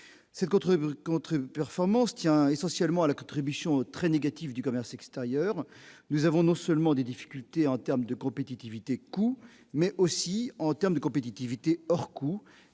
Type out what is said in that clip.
autre contre-performance tient essentiellement à la contribution très négative du commerce extérieur, nous avons non seulement des difficultés en termes de compétitivité coût mais aussi en termes de compétitivité hors coûts